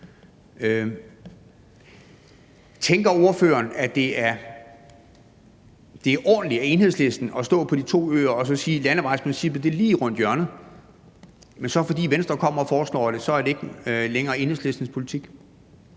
Tænker ordføreren, at det er ordentligt af Enhedslisten at stå på de to øer og sige, at landevejsprincippet er lige rundt om hjørnet, men at det så, fordi Venstre foreslår det, ikke længere er Enhedslistens politik?